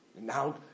Now